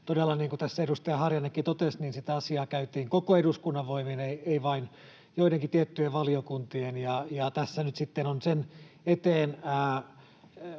tässä edustaja Harjannekin totesi, käytiin koko eduskunnan voimin, ei vain joidenkin tiettyjen valiokuntien, ja tässä nyt sitten